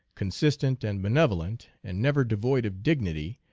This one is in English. con sistent, and benevolent, and never devoid of dignity,